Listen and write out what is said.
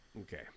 Okay